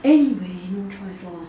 anyway no choice lor